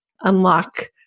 unlock